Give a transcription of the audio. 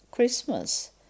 Christmas